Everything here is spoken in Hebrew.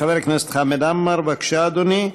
חבר הכנסת חמד עמאר, בבקשה, אדוני.